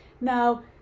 Now